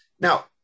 Now